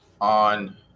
on